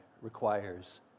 requires